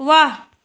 वाह